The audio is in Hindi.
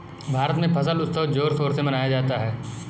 भारत में फसल उत्सव जोर शोर से मनाया जाता है